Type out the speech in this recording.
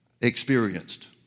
experienced